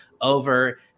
over